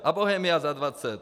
A Bohemia za 20?